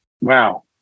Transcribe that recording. Wow